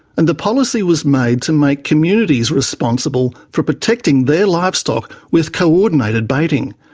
and the policy was made to make communities responsible for protecting their livestock with co-ordinated baiting.